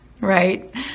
right